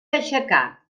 aixecar